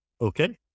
okay